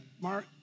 Mark